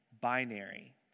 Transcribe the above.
binary